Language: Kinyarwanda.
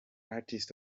artist